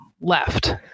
left